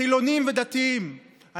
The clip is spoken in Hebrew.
חילונים ודתיים,